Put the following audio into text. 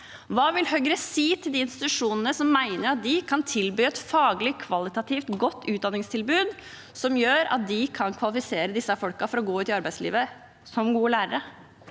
Hva vil Høyre si til de institusjonene som mener at de kan tilby en faglig kvalitativt god utdanning som gjør at de kan kvalifisere disse til å gå ut i arbeidslivet som gode lærere?